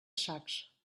sacs